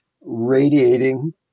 radiating